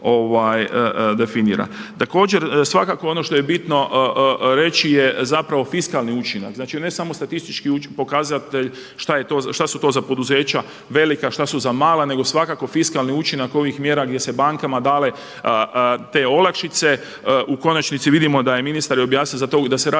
Također, svakako ono što je bitno reći je zapravo fiskalni učinak, znači ne samo statistički pokazatelj šta su to za poduzeća velika, šta su za mala nego svakako fiskalni učinak ovih mjera gdje se bankama dale te olakšice, u konačnici vidimo da je ministar i objasnio za to da se radi